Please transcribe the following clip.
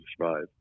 survive